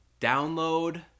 Download